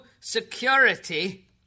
security